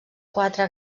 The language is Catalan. quatre